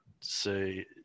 say